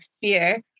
fear